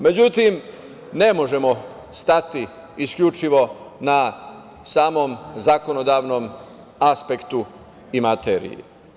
Međutim, ne možemo stati isključivo na samom zakonodavnom aspektu i materiji.